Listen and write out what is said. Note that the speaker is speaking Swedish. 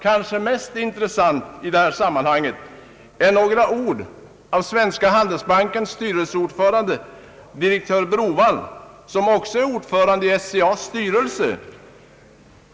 Kanske mest intressant i detta sammanhang är några ord av Svenska handelsbankens styrelseordförande direktör Browald, som också är ordförande i SCA:s styrelse.